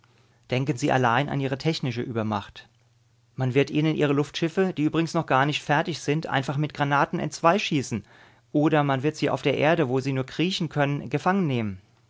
denken sie allein an ihre technische übermacht man wird ihnen ihre luftschiffe die übrigens noch gar nicht fertig sind einfach mit granaten entzweischießen oder man wird sie auf der erde wo sie nur kriechen können gefangennehmen